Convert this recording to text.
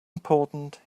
important